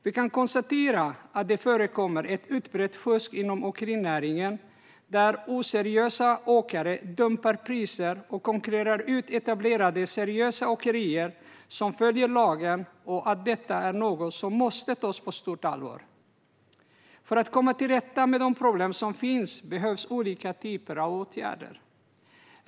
Vi kan konstatera att det förekommer ett utbrett fusk inom åkerinäringen, där oseriösa åkare dumpar priser och konkurrerar ut etablerade seriösa åkerier som följer lagen, och att detta är något som måste tas på stort allvar. För att komma till rätta med de problem som finns behövs olika typer av åtgärder.